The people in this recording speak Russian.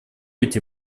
эти